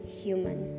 human